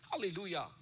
Hallelujah